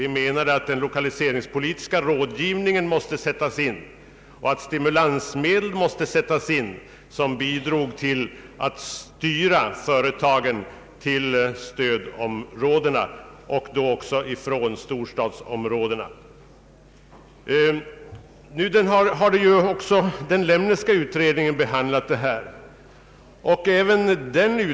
Vi menade att lokaliseringspolitisk rådgivning och stimulansmedel måste sättas in för att styra företagen till stödområdena och då även från storstadsområdena. Nu har även den Lemneska utredningen behandlat denna fråga.